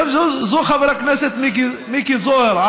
חבר הכנסת מיקי זוהר,